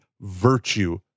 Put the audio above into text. virtue